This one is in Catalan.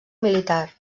militar